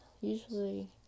usually